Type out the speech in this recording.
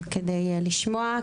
כדי לשמוע,